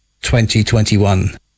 2021